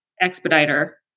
expediter